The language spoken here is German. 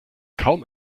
kaum